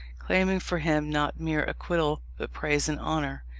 claiming for him not mere acquittal, but praise and honour.